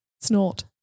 snort